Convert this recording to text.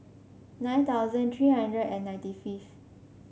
nine thousand three hundred and ninety fifth